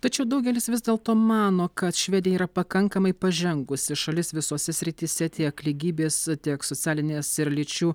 tačiau daugelis vis dėlto mano kad švedija yra pakankamai pažengusi šalis visose srityse tiek lygybės tiek socialinės ir lyčių